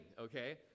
okay